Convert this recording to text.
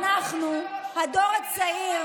אדוני היושב-ראש,